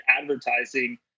advertising